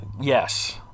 Yes